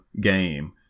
game